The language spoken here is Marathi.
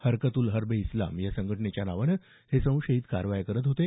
हरकत उल हर्ब ए इस्लाम संघटनेच्या नावानं हे संशयीत कारवाया करत होते